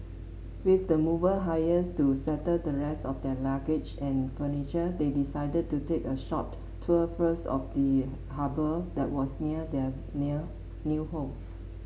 with the mover hires to settle the rest of their luggage and furniture they decided to take a short tour first of the harbour that was near their near new home